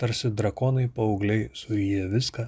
tarsi drakonai paaugliai suryja viską